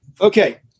Okay